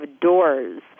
doors